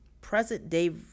present-day